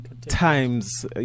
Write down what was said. times